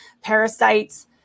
parasites